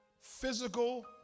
physical